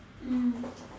mm